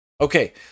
Okay